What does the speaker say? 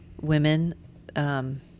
women